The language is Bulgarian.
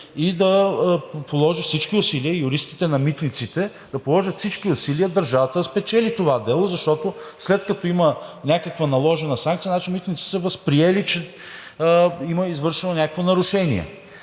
а не своя интерес и юристите на „Митниците“ да положат всички усилия държавата да спечели това дело, защото, след като има някаква наложена санкция, значи „Митниците“ са възприели, че има извършено някакво нарушение,